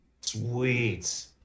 Sweet